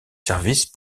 services